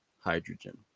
hydrogen